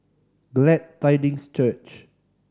Glad Tidings Church